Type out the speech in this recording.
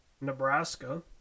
nebraska